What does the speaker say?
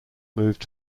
moved